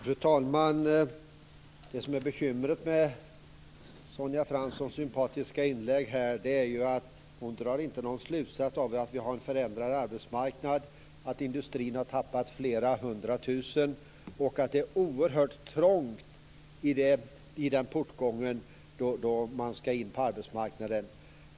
Fru talman! Bekymret med Sonja Franssons sympatiska inlägg är att hon inte drar någon slutsats av att vi har en förändrad arbetsmarknad, att industrin har tappat flera hundra tusen och att det är oerhört trångt i portgången då man ska in på arbetsmarknaden.